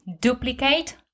duplicate